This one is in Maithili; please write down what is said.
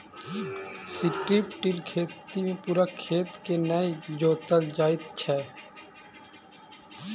स्ट्रिप टिल खेती मे पूरा खेत के नै जोतल जाइत छै